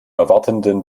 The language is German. erwartenden